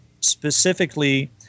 specifically